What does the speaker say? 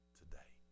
today